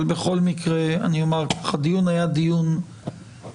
בכל מקרה אומר שהדיון היה לא רציני,